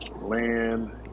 land